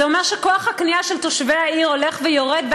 זה אומר שכוח הקנייה של תושבי העיר הולך ויורד,